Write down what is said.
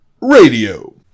Radio